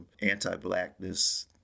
anti-Blackness